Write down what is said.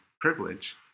privilege